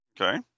okay